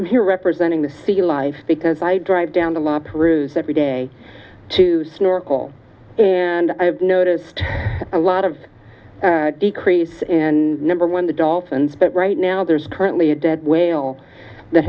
i'm here representing the sea life because i drive down the la perouse every day to snorkel and i've noticed a lot of decrease in number one the dolphins but right now there's currently a dead whale that